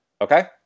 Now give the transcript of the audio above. Okay